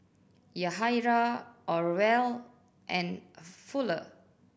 Yahaira Orval and Fuller